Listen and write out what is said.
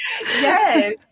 Yes